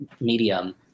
medium